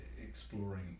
exploring